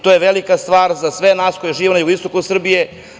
To je velika stvar za sve nas koji živimo na jugoistoku Srbije.